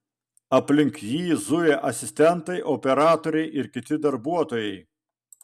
aplink jį zuja asistentai operatoriai ir kiti darbuotojai